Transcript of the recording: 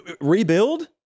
rebuild